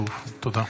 תודה.